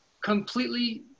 completely